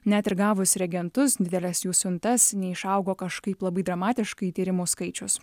net ir gavus reagentus dideles jų siuntas neišaugo kažkaip labai dramatiškai tyrimų skaičius